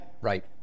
Right